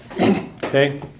okay